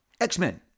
X-Men